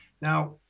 now